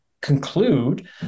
conclude